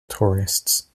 tourists